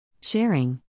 Sharing